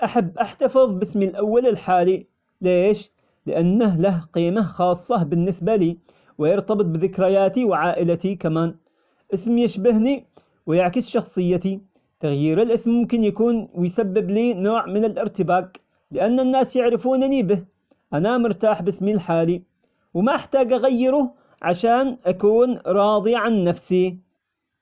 أحب أحتفظ باسمي الأول الحالي، ليش؟ لأنه له قيمة خاصة بالنسبة لي، ويرتبط بذكرياتي وعائلتي كمان، اسمي يشبهني ويعكس شخصيتي، تغيير الاسم ممكن يكون ويسبب لي نوع من الإرتباك، لأن الناس يعرفونني به، أنا مرتاح باسمي الحالي، وما أحتاج أغيره عشان أكون راضي عن نفسي.